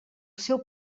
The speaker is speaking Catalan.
seu